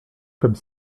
comme